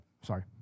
Sorry